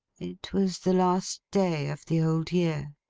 it was the last day of the old year.